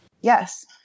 Yes